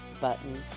button